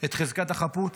את חזקת החפות